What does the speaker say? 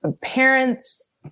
Parents